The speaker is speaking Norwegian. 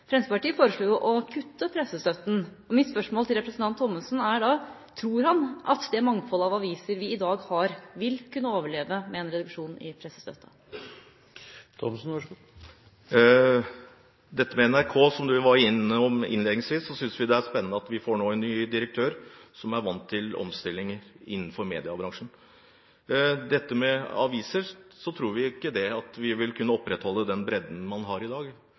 Fremskrittspartiet foreslo å kutte i pressestøtten. Mitt spørsmål til representanten Thomsen er da: Tror han at det mangfoldet av aviser vi i dag har, vil kunne overleve med en reduksjon i pressestøtten? Når det gjelder dette med NRK, som representanten var inne på innledningsvis, synes vi det er spennende at vi nå får en ny direktør som er vant til omstilling innenfor mediebransjen. Når det gjelder dette med aviser, tror vi ikke vi vil kunne opprettholde den bredden man har i dag.